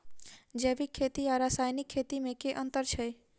जैविक खेती आ रासायनिक खेती मे केँ अंतर छै?